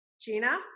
Gina